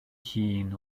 hun